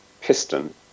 piston